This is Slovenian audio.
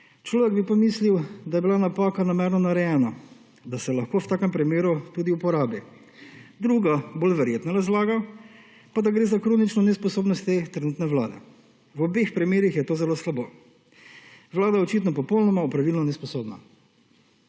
Človek bi pomislil, da je bila napaka namerno narejena, da se lahko v takem primeru tudi uporabi. Druga bolj verjetna razlaga pa, da gre za kronično nesposobnosti trenutne Vlade. V obeh primerih je to zelo slabo. Vlada je očitno popolnoma opravilno nesposobna.